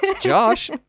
Josh